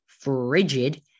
frigid